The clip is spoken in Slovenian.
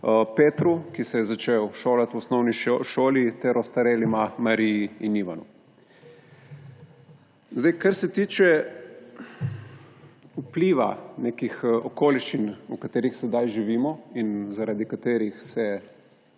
Petru, ki se je začel šolati v osnovni šoli, ter ostarelima Mariji in Ivanu. Kar se tiče vpliva nekih okoliščin, v katerih sedaj živimo in zaradi katerih se